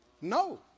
No